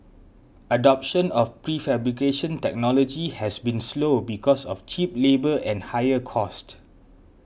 adoption of prefabrication technology has been slow because of cheap labour and higher cost